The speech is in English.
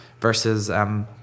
versus